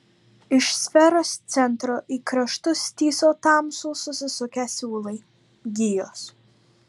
iš sferos centro į kraštus tįso tamsūs susisukę siūlai gijos